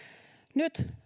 nyt